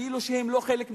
כאילו שהם לא חלק מהבעיה,